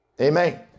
Amen